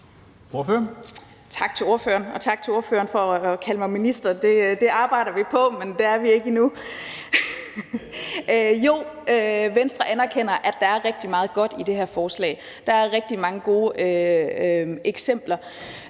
Tak til ordføreren for at kalde mig minister – det arbejder vi på, men dér er vi ikke endnu. (Munterhed). Jo, Venstre anerkender, at der er rigtig meget godt i det her forslag. Der er rigtig mange gode eksempler,